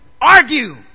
argue